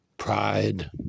Pride